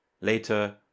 later